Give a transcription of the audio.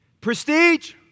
Prestige